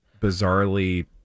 bizarrely